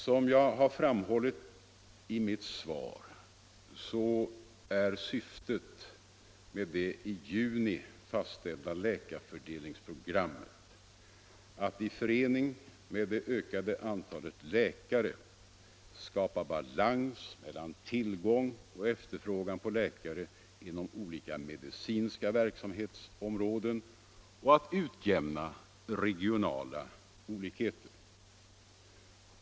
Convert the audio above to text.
Som jag har framhållit i mitt svar är syftet med det i juni fastställda läkarfördelningsprogrammet att i förening med det ökade antalet läkare skapa balans mellan tillgång och efterfrågan på läkare inom olika medicinska verksamhetsområden och att utjämna regionala olikheter.